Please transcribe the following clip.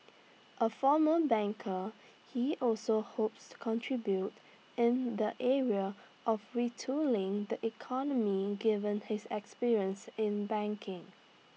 A former banker he also hopes contribute in the area of retooling the economy given his experience in banking